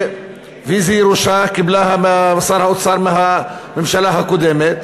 ואיזו ירושה קיבל שר האוצר מהממשלה הקודמת.